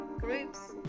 groups